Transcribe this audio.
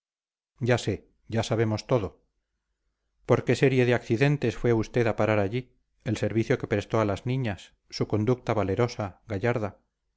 ya sé ya sabemos todo por qué serie de accidentes fue usted a parar allí el servicio que prestó a las niñas su conducta valerosa gallarda